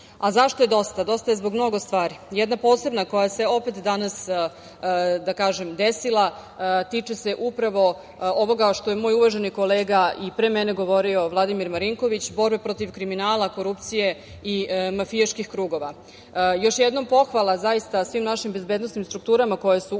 Zašto je dosta? Dosta je zbog mnogo stvari. Jedna posebna koja se opet danas desila, tiče se upravo ovoga, što je moj uvaženi kolega, i pre mene govorio Vladimir Marinković, borba protiv kriminala, korupcije i mafijaških krugova. Još jednom pohvala zaista svim našim bezbednosnim strukturama koje su ušle